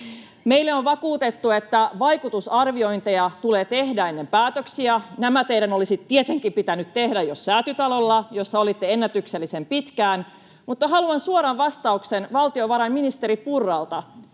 Meille on vakuutettu, että vaikutusarviointeja tulee tehdä ennen päätöksiä. Nämä teidän olisi tietenkin pitänyt tehdä jo Säätytalolla, jossa olitte ennätyksellisen pitkään, mutta haluan suoran vastauksen valtiovarainministeri Purralta: